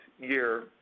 year